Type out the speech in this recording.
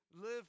Live